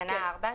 התקנה אושרה.